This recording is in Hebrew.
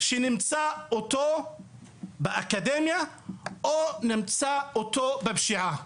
שנמצא אותו באקדמיה או נמצא אותו בפשיעה?